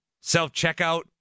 self-checkout